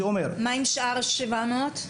מה עם שאר ה-700?